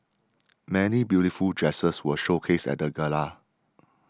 many beautiful dresses were showcased at the gala